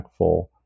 impactful